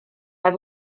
have